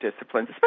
disciplines